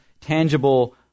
tangible